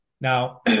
Now